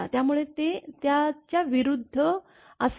त्यामुळे ते त्याच्या विरुद्ध असेल